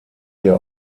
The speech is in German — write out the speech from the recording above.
hier